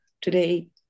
Today